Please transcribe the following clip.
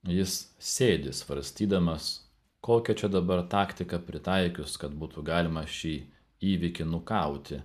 jis sėdi svarstydamas kokią čia dabar taktiką pritaikius kad būtų galima šį įvykį nukauti